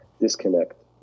disconnect